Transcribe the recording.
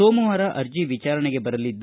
ಸೋಮವಾರ ಅರ್ಜಿ ವಿಚಾರಣೆಗೆ ಬರಲಿದೆ